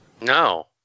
No